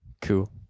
cool